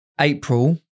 April